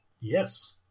Yes